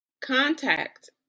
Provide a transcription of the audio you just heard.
contact